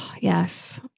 Yes